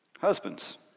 Husbands